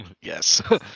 Yes